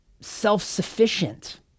self-sufficient